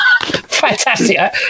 Fantastic